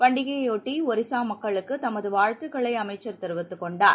பண்டிகையையொட்டி ஒரிசா மக்களுக்குத் தமது வாழ்த்துக்களை அமைச்சர் தெரிவித்துக் கொண்டார்